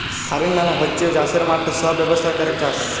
farming মালে হচ্যে চাসের মাঠে সব ব্যবস্থা ক্যরেক চাস